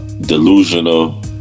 Delusional